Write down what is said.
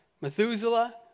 Methuselah